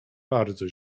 bardzo